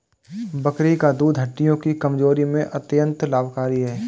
बकरी का दूध हड्डियों की कमजोरी में अत्यंत लाभकारी है